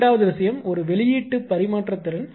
இரண்டாவது விஷயம் ஒரு வெளியீட்டு பரிமாற்றத் திறன்